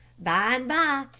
by-and-by,